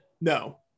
No